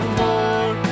more